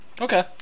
Okay